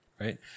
right